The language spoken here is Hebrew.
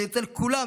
אצל כולם,